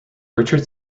richard